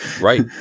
Right